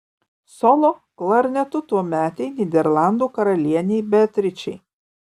solo klarnetu tuometei nyderlandų karalienei beatričei